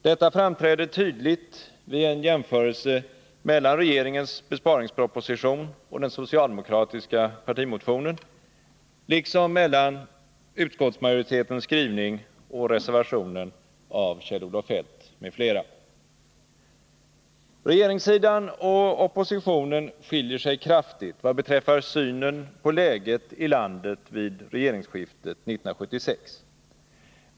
Detta framträder tydligt vid en jämförelse mellan regeringens besparingsproposition och den socialdemokratiska partimotionen liksom mellan utskottsmajoritetens skrivning och reservationen av Kjell-Olof Feldt. Regeringssidan och oppositionen skiljer sig kraftigt vad beträffar synen på läget i landet vid regeringsskiftet 1976.